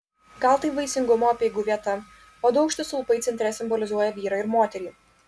gal tai vaisingumo apeigų vieta o du aukšti stulpai centre simbolizuoja vyrą ir moterį